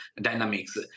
dynamics